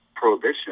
prohibition